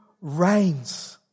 reigns